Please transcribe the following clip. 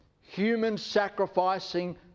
human-sacrificing